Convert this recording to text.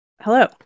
Hello